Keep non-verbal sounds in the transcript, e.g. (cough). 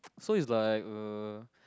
(noise) so is like err